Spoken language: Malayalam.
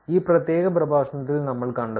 ഈ പ്രത്യേക പ്രഭാഷണത്തിൽ നമ്മൾ കണ്ടത്